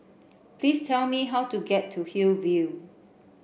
please tell me how to get to Hillview